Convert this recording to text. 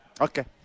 Okay